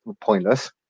pointless